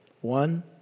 One